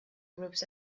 groups